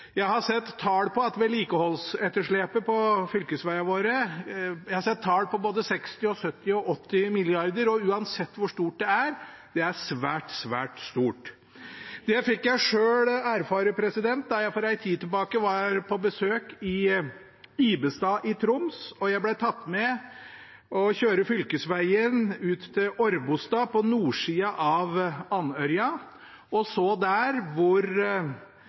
Jeg har sett tall på vedlikeholdsetterslepet på fylkesvegene våre på 60, 70 og 80 mrd. kr. Uansett hvor stort det er, er det svært, svært stort. Det fikk jeg selv erfare da jeg for en tid tilbake var på besøk i Ibestad i Troms. Jeg ble tatt med for å kjøre fylkesvegen ut til Årbostad, på nordsida av Andørja, og så der hvor